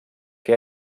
que